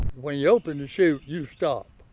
when you open the chute, you stop.